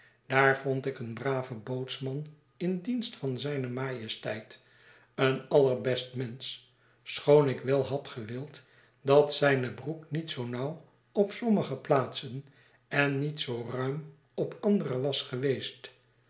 daar vond ik een braven bootsman in dienst van zijne majesteit een allerbest mensch schoon ik wel had gewild dat zijne broek niet zoo nauw op sommige plaatsen en niet zoo ruira op andere was geweest